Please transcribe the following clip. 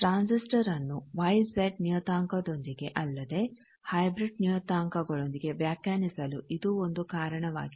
transistor ನ್ನು Y Z ನಿಯತಾಂಕದೊಂದಿಗೆ ಅಲ್ಲದೆ ಹೈಬ್ರಿಡ್ ನಿಯತಾಂಕಗಳೊಂದಿಗೆ ವ್ಯಾಖ್ಯಾನಿಸಲು ಇದು ಒಂದು ಕಾರಣವಾಗಿದೆ